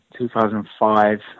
2005